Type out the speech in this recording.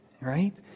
right